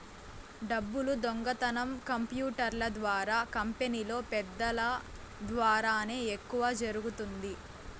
డబ్బులు దొంగతనం కంప్యూటర్ల ద్వారా కంపెనీలో పెద్దల ద్వారానే ఎక్కువ జరుగుతుంది